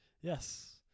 Yes